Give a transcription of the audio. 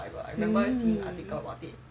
mmhmm